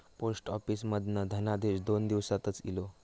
post office मधना धनादेश दोन दिवसातच इलो